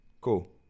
cool